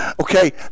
okay